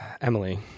Emily